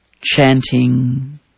chanting